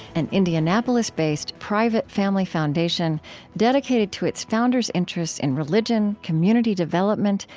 an indianapolis-based, private family foundation dedicated to its founders' interests in religion, community development,